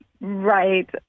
Right